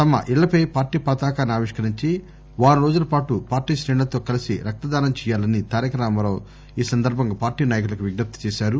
తమ ఇళ్లపై పార్టీ పతాకాన్ని ఆవిష్కరించి వారం రోజులపాటు పార్లీ శ్రేణులతో కలిసి రక్తధానం చేయాలని తారకరామారావు పార్లీ నాయకులకు విజ్ఞప్తి చేశారు